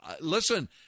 listen